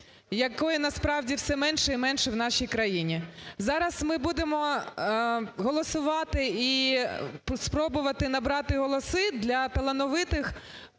якої насправді все менше і менше в нашій країні. Зараз ми будемо голосувати і спробувати набрати голоси для талановитих